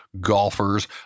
golfers